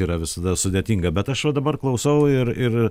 yra visada sudėtinga bet aš va dabar klausau ir ir